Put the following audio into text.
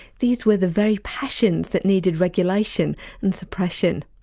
these were the very passions that needed regulation and suppression.